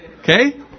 Okay